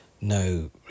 no